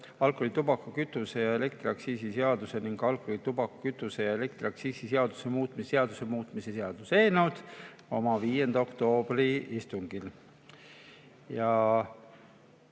alkoholi‑, tubaka‑, kütuse‑ ja elektriaktsiisi seaduse ning alkoholi‑, tubaka‑, kütuse‑ ja elektriaktsiisi seaduse muutmise seaduse muutmise seaduse eelnõu oma 5. oktoobri istungil.